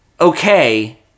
okay